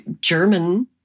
German